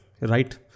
right